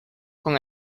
con